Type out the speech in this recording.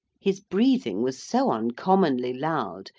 his breathing was so uncommonly loud,